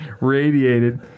radiated